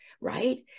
Right